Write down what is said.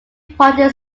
party